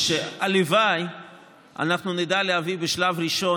שהלוואי שאנחנו נדע להביא בשלב ראשון